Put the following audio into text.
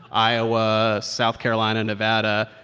iowa, south carolina, nevada.